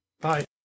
Bye